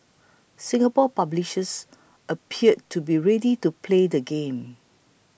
Singapore publishers appear to be ready to play the game